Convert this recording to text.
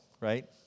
right